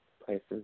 Places